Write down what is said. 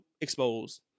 exposed